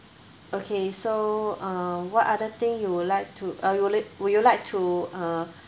okay so uh what are the thing you would like to uh you will li~ would you like to uh